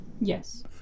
Yes